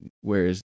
Whereas